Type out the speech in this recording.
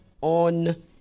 on